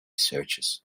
searches